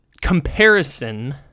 comparison